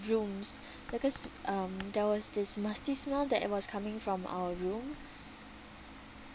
rooms because um there was this musty smell that was coming from our room